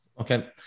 Okay